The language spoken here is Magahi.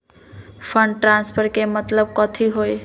फंड ट्रांसफर के मतलब कथी होई?